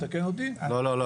לא, לא.